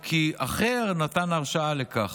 או כי אחר נתן הרשאה לכך.